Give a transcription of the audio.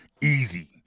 easy